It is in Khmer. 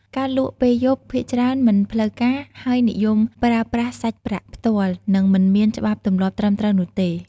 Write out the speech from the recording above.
ការលក់ពេលយប់ភាគច្រើនមិនផ្លូវការ ហើយនិយមប្រើប្រាស់សាច់ប្រាក់ផ្ទាល់ និងមិនមានច្បាប់ទម្លាប់ត្រឹមត្រូវនោះទេ។